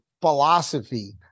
philosophy